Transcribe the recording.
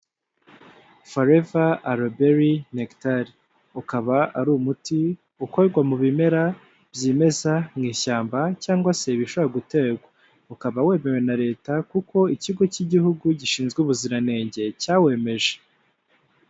Foreva aroberi nekitari, ukaba ari umuti ukorwa mu bimera byimeza mu ishyamba cyangwa se ibishobora guterwa, ukaba wemewe na Leta kuko ikigo cy'igihugu gishinzwe ubuziranenge cyawemeje.